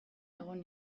egon